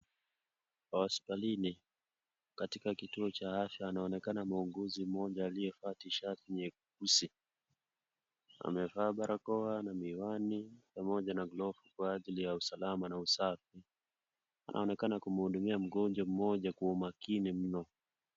Hospitalini. Katika kituo cha afya anaonekana muuguzi mmoja aliyevaa tishati nyeusi. Amevaa barakoa na miwani pamoja na glovu kwa ajili ya usalama na usafi. Anaonekana kumhudumia mgonjwa mmoja kwa umakini mno.